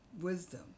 wisdom